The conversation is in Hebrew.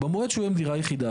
במועד שהוא יהיה עם דירה יחידה,